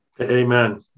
Amen